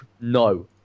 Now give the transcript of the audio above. no